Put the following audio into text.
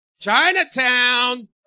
Chinatown